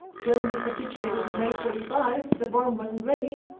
germany capitulated in may forty five. the bomb wasn't ready.